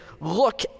look